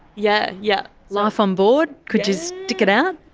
yeah yeah. life on board? could you stick it out?